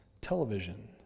television